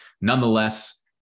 Nonetheless